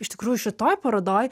iš tikrųjų šitoj parodoj